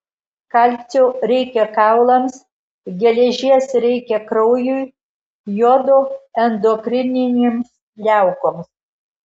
kalcio reikia kaulams geležies reikia kraujui jodo endokrininėms liaukoms